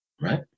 right